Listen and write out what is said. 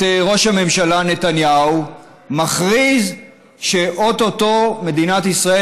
ראש הממשלה נתניהו מכריז שאו-טו-טו מדינת ישראל